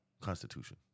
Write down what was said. constitution